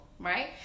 Right